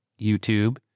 YouTube